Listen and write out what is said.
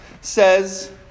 says